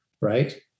right